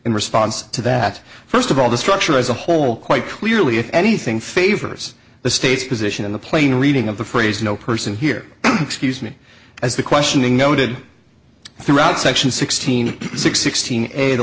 in response to that first of all the structure as a whole quite clearly if anything favors the state's position in the plain reading of the phrase no person here excuse me as the questioning noted throughout section sixteen six sixteen a